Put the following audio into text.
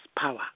power